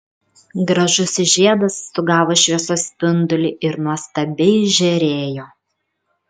gražusis žiedas sugavo šviesos spindulį ir nuostabiai žėrėjo